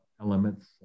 elements